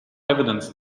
evidence